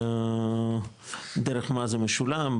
דרך מה זה משולם,